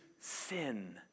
sin